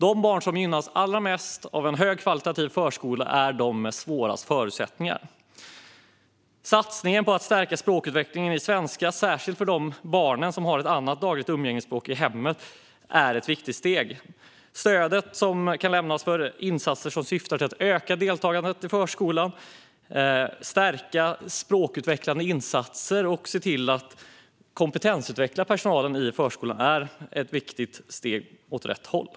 De barn som gynnas allra mest av en förskola med hög kvalitet är de med svårast förutsättningar. Satsningen på att stärka språkutvecklingen i svenska, särskilt för de barn som har ett annat dagligt umgängesspråk i hemmet, är ett viktigt steg. Det stöd som kan lämnas för insatser som syftar till att öka deltagandet i förskolan, stärka språkutvecklande insatser och kompetensutveckla personalen i förskolan är ett viktigt steg åt rätt håll.